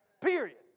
Period